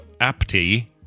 Apti